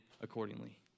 accordingly